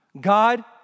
God